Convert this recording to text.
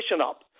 up